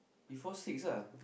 before six ah